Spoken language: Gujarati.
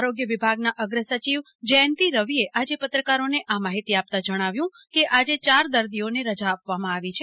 આરોગ્ય વિભાગના અગ્રસચિવ જયંતિ રવિએ આજે પત્રકારોને આ માહિતી આપતાં જણાવ્યું કે આજે ચાર દર્દીઓને રજા આપવામાં આવી છે